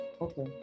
Okay